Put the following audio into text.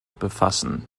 befassen